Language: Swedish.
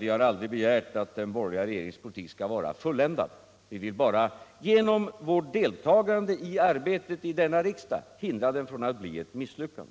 Vi har aldrig begärt att den borgerliga regeringens politik skall vara fulländad. Vi vill bara genom vårt deltagande i arbetet i denna riksdag hindra den från att bli ett misslyckande.